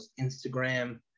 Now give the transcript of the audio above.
Instagram